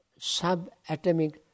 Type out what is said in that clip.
subatomic